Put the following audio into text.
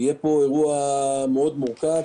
יהיה פה אירוע מאוד מורכב.